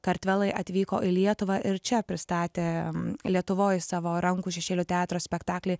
kartvelai atvyko į lietuvą ir čia pristatė lietuvoj savo rankų šešėlių teatro spektaklį